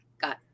got